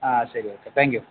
ആ ശരി okay thank you